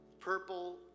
purple